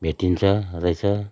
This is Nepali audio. भेटिन्छ रहेछ